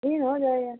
ठीक हो जाएगा